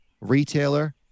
retailer